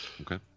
Okay